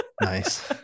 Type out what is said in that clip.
nice